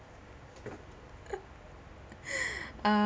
uh